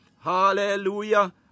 hallelujah